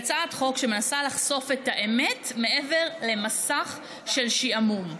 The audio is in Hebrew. הצעת חוק שמנסה לחשוף את האמת מעבר למסך של שעמום.